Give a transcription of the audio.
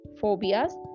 phobias